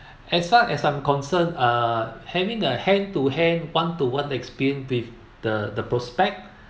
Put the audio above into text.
as far as I'm concerned uh having a hand to hand one to one experience with the prospect